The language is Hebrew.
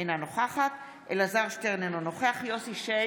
אינה נוכחת אלעזר שטרן, אינו נוכח יוסף שיין,